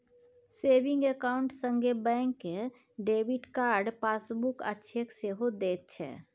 saving account संगे bank debit card, passbook आ cheque सेहो दैत छै